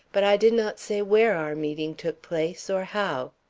but i did not say where our meeting took place or how.